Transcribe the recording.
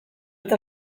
eta